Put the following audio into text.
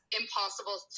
impossible